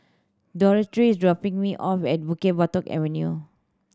Dorthy is dropping me off at Bukit Batok Avenue